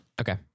Okay